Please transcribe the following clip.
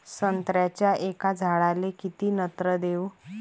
संत्र्याच्या एका झाडाले किती नत्र देऊ?